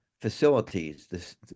facilities